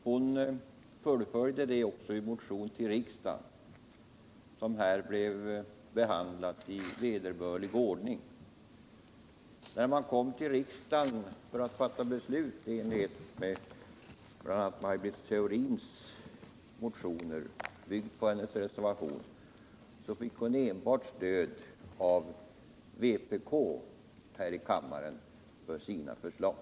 Hon fullföljde den i motioner till riksdagen, som också blev behandlade i vederbörlig ordning. När riksdagen fattade beslut om Maj Britt Theorins motioner, byggda på hennes reservation, fick hon stöd för sina förslag här i kammaren enbart av vpk.